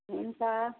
हुन्छ